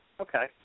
Okay